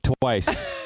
twice